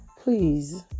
please